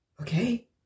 okay